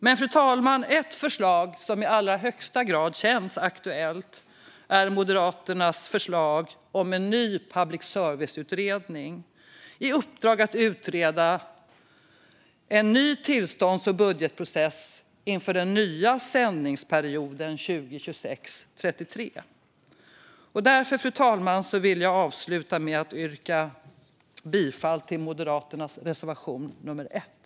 Men ett förslag som i allra högsta grad känns aktuellt, fru talman, är Moderaternas förslag om en ny public service-utredning med uppdrag att utreda en ny tillstånds och budgetprocess inför den nya sändningsperioden 2026-2033. Fru talman! Jag vill avsluta med att yrka bifall till Moderaternas reservation 1.